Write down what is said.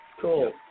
Cool